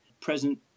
present